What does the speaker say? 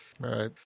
Right